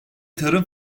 tarım